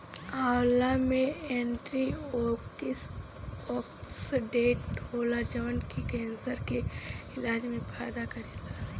आंवला में एंटीओक्सिडेंट होला जवन की केंसर के इलाज में फायदा करेला